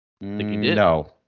No